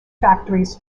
factories